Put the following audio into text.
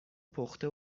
پخته